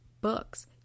books